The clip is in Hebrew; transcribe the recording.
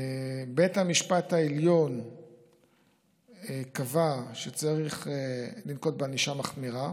בית המשפט העליון קבע שצריך לנקוט ענישה מחמירה.